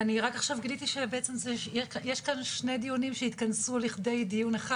אני רק עכשיו גיליתי שבעצם יש כאן שני דיונים שהתכנסו לכדי דיון אחד.